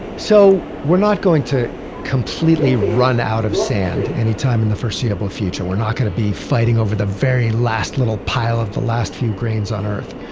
so we're not going to completely run out of sand anytime in the foreseeable future. we're not going to be fighting over the very last little pile of the last few grains on earth.